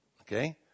okay